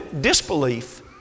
disbelief